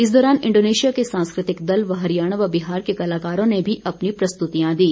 इस दौरान इंडोनेशिया के सांस्कृतिक दल व हरियाणा व बिहार के कलाकारों ने भी अपनी प्रस्तुतियां दी